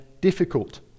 difficult